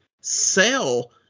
sell